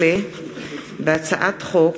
הצעת חוק